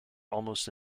almost